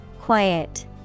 Quiet